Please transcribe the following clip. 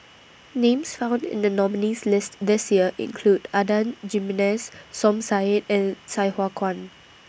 Names found in The nominees' list This Year include Adan Jimenez Som Said and Sai Hua Kuan